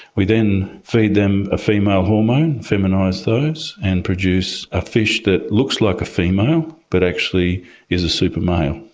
we then feed them a female hormone, feminise those and produce a fish that looks like a female but actually is a super-male.